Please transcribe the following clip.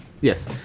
Yes